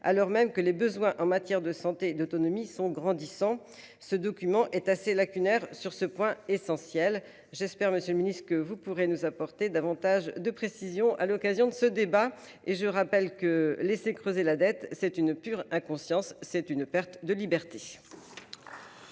alors même que les besoins en matière de santé, d'autonomie sont grandissants. Ce document est assez lacunaires sur ce point essentiel, j'espère, Monsieur le Ministre, que vous pourrez nous apporter davantage de précisions à l'occasion de ce débat et je rappelle que laisser creuser la dette c'est une pure inconscience. C'est une perte de liberté.